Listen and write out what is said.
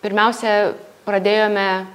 pirmiausia pradėjome